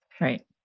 Right